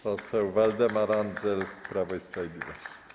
Poseł Waldemar Andzel, Prawo i Sprawiedliwość.